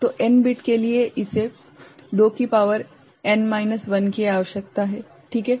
तो n bit के लिए इसे 2 की शक्ति n 1 की आवश्यकता है ठीक है